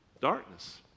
darkness